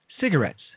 Cigarettes